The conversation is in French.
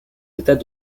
états